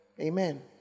amen